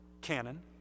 Canon